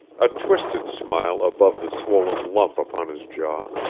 a twisted smile above the swollen lump upon his jaw.